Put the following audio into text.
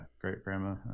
great-grandma